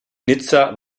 nizza